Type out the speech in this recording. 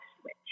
switch